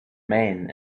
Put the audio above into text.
men